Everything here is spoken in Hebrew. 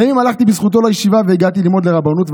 לימים הלכתי בזכותו לישיבה והגעתי ללמוד רבנות,